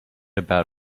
about